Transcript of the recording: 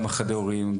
גם חד-הוריים,